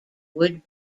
would